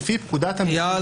לפי פקודת ה --- אייל,